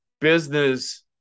business